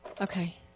Okay